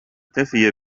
تفي